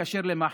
נתקשר למח"ש.